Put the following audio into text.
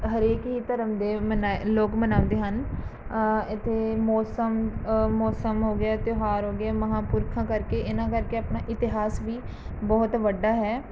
ਹਰੇਕ ਹੀ ਧਰਮ ਦੇ ਮਨਾ ਲੋਕ ਮਨਾਉਂਦੇ ਹਨ ਇੱਥੇ ਮੌਸਮ ਮੌਸਮ ਹੋ ਗਿਆ ਤਿਉਹਾਰ ਹੋ ਗਿਆ ਮਹਾਂਪੁਰਖਾਂ ਕਰਕੇ ਇਹਨਾਂ ਕਰਕੇ ਆਪਣਾ ਇਤਿਹਾਸ ਵੀ ਬਹੁਤ ਵੱਡਾ ਹੈ